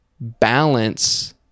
balance